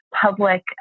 public